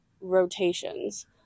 rotations